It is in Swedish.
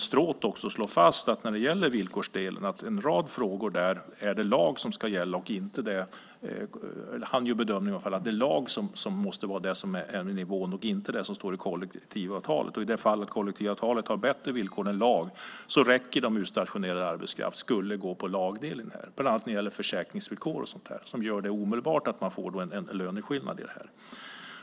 Stråth slår också när det gäller villkorsdelen fast att det i en rad frågor där är lag som enligt hans bedömning måste sätta nivån och inte kollektivavtalet. I de fall kollektivavtalet har bättre villkor än lagen räcker det då om utstationerad arbetskraft skulle gå på lagdelen bland annat när det gäller försäkringsvillkor. Det gör omedelbart att man får en löneskillnad i detta.